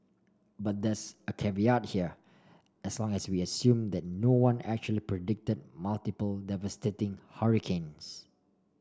but there's a caveat here as long as we assume that no one actually predicted multiple devastating hurricanes